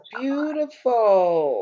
beautiful